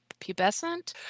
pubescent